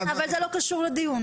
אבל זה לא קשור לדיון.